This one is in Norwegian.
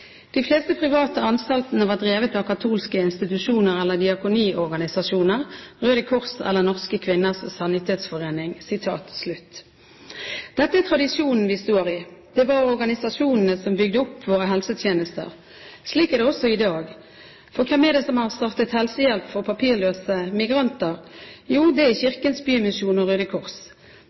De fleste private anstaltene var drevet av katolske institusjoner eller diakoniorganisasjoner, Røde Kors eller Norske Kvinners Sanitetsforening.» Dette er tradisjonen vi står i. Det var organisasjonene som bygde opp våre helsetjenester. Slik er det også i dag. Hvem er det som har startet helsehjelp for papirløse migranter? Jo, det er Kirkens Bymisjon og Røde Kors.